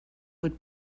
would